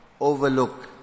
overlook